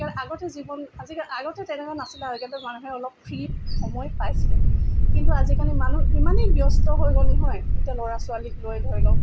আগতে জীৱন আজিকালি আগতে তেনেকুৱা নাছিলে আৰু তেতিয়াটো মানুহে অলপ ফ্ৰী সময় পাইছিলে কিন্তু আজিকালি মানুহ ইমানেই ব্যস্ত হৈ গ'ল নহয় এতিয়া ল'ৰা ছোৱালীক লৈ ধৰি লওক